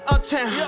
Uptown